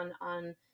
on